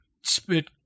spit